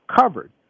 covered